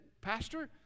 Pastor